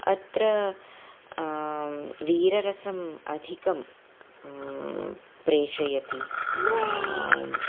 अत्र वीररसम् अधिकं प्रेषयति